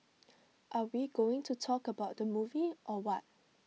are we going to talk about the movie or what